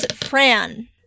Fran